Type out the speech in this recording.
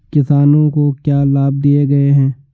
किसानों को क्या लाभ दिए गए हैं?